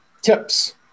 tips